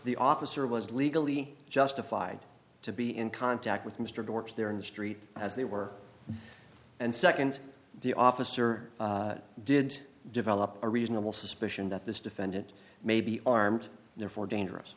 the officer was legally justified to be in contact with mr gorst there in the street as they were and second the officer did develop a reasonable suspicion that this defendant may be armed and therefore dangerous